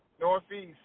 northeast